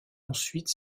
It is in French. ensuite